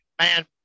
man